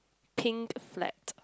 pink flat